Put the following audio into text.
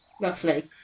roughly